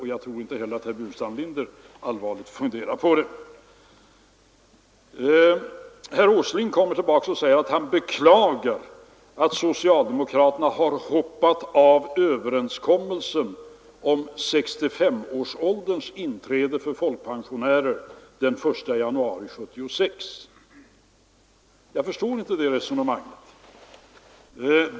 Herr Åsling kommer tillbaka och säger att han beklagar att socialdemokraterna har hoppat av överenskommelsen om att 65 års pensionsålder skall inträda inom folkpensioneringen den 1 januari 1976. Jag förstår inte det resonemanget.